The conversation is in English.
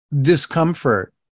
discomfort